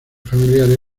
familiares